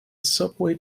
subway